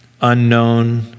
unknown